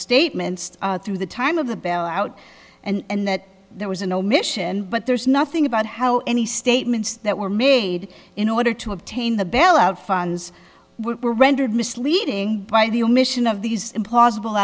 statements through the time of the bailout and that there was an omission but there's nothing about how any statements that were made in order to obtain the bailout funds were rendered misleading by the omission of these impossible